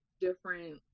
different